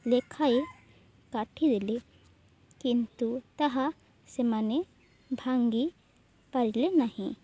ଲେଖାଏଁ କାଠି ଦେଲେ କିନ୍ତୁ ତାହା ସେମାନେ ଭାଙ୍ଗି ପାରିଲେ ନାହିଁ